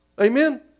Amen